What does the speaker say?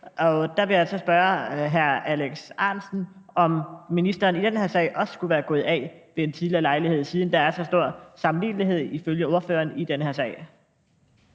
og der vil jeg så spørge hr. Alex Ahrendtsen, om ministeren i den her sag også skulle være gået af ved en tidligere lejlighed, siden der er så stor sammenlignelighed, ifølge ordføreren, i den her sag.